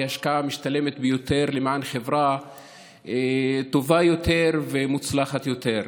היא ההשקעה המשתלמת ביותר למען חברה טובה יותר ומוצלחת יותר.